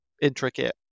intricate